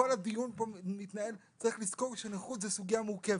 אבל כל הדיון פה מתנהל --- צריך לזכור שנכות זו סוגייה מורכבת,